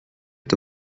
est